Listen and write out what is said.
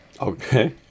Okay